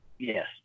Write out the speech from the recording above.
Yes